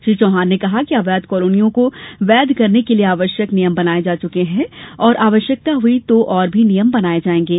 श्री चौहान ने कहा कि अवैध कालोनियों को वैध करने के लिए आवश्यक नियम बनाए जा चुके हैं और आवश्यकता हुयी तो और भी नियम बनाए जाएंगे